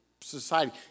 society